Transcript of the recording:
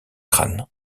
crâne